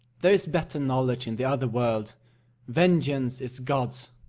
there is better knowledge in the other world vengeance is god's,